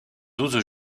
douze